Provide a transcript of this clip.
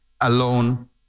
alone